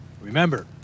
Remember